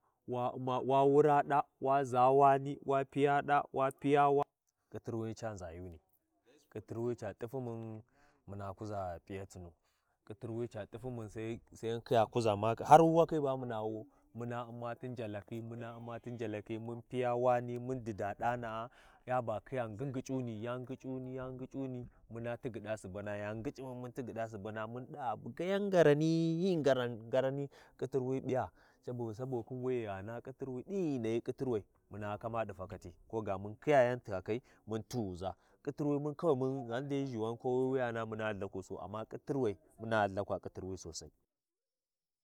Hlakhi jana, wani wu ndakhi ɗi suna wa ɗa Lthɗau wa biyu, wa- wa P’a ghi kurɗin bu wundaka tau, khin kurɗin bu wu nda myau, khinɗin gha yani bu wu layiya ghain dai wa ghanu bu nʒauna, Wu ndaka kuʒa daɗin dli rayuwi tiwi tawi, amma wa ɗiva kuʒakhi P’iyatin ba wan wuciɗi cimarwi dinnan tawi hyi bu luʒakhi P’iyatunu, hyibu kuʒakhi nz’uni ba Sosai, amma bu kuʒa P’iyatina amma bu kuʒa P’iatina, wu ʒa wa ɗa wu ndaka P’iyatin ɗi rayuwi cinu wu ʒaa wu ʒaa wa kuʒa P’iyatin ɗi rayuwi cinu, amma nʒuna nʒuni kam, ghani wa nʒwai, bu nʒauni kam ai sapa kuʒakhi P’iyatina, nʒuwi bu nʒuni kau ai sapa kuʒakhi P’iyatin sosai, sosai, ghani wu ndaka nʒau, wu ndaka kuʒu P’iyatin amma ghani wa ku nʒah, wu ndaka kuʒa P’iyatinu, wa Puc’i Layu akan, wan- wam P;iyatun ba wu Layiya, dinan tani hyi dinnan ba bu Injthinu, bu kuʒa P’iyatinu, hyi dinnan ba bu nʒaun, kayana kuʒukhi P’iyatin ma hyi naghimu, ɗiva kayani mbana U’mma faman ɗighan Lthaɗi chm Oowina, kayani ma muna dagyi ƙuwayo ba ghi piyi kayan we, ghi, hyi,, halimu ca ɗani be ma fakhi ma khiya umma, maba jiggau, to wu nei ca tsagyi ma guwan hyi P’iyatina tsagyi hyi P’iyatin kayanu, wa tsigu yuwi wuti wu ndaka kuʒa wi P’iyatunu wu ndaka kuʒa ma wu nuuwi, ɗingha tighu—ma- wu- ei, wurmu ci ndaka miyau.